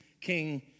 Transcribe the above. King